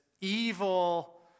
evil